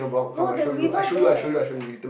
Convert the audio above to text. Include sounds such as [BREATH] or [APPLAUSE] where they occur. no the river there [BREATH]